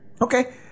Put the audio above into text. Okay